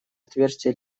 отверстия